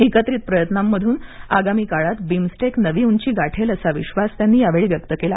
एकत्रित प्रयत्नांमधून आगामी काळात बीमस्टेक नवी ऊंची गाठेल असा विश्वास त्यानी यावेळी व्यक्त केला